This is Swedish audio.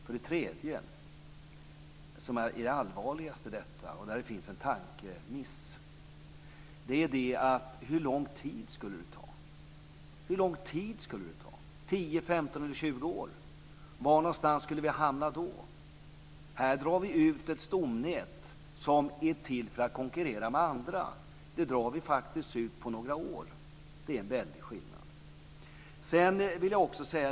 För det tredje - och det är det allvarligaste i detta, och här finns en tankemiss - har vi frågan: Hur lång tid skulle detta ta? 10, 15 eller 20 år? Var någonstans skulle vi hamna då? Här drar vi ut ett stomnät som är till för att konkurrera med andra. Det drar vi faktiskt ut på några år. Det är en väldig skillnad.